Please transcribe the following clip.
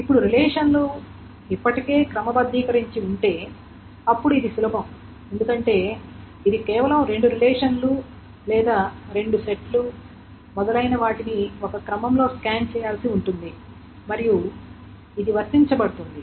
ఇప్పుడు రిలేషన్లు ఇప్పటికే క్రమబద్ధీకరించబడి ఉంటే అప్పుడు ఇది సులభం ఎందుకంటే ఇది కేవలం రెండు రిలేషన్లు లేదా రెండు సెట్లు మొదలైన వాటిని ఒక క్రమంలో స్కాన్ చేయాల్సి ఉంటుంది మరియు ఇది వర్తించబడుతుంది